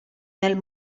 nel